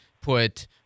put